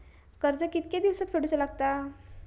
कर्ज कितके दिवसात फेडूचा लागता?